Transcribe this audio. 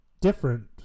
different